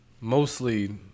mostly